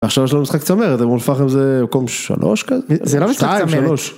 עכשיו יש לנו משחק צמרת, אום אל פחם זה מקום 3 כזה? זה לא משחק צמרת (2-3).